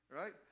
right